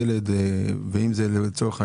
--- אם, לצורך העניין,